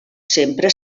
sempre